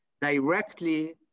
directly